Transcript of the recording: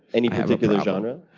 any particular genre?